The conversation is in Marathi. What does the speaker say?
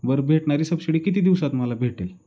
बर भेटणारी सबशिडी किती दिवसात मला भेटेल